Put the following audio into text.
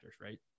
right